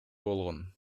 болгон